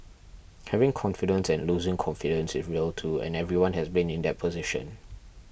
having confidence and losing confidence is real too and everyone has been in that position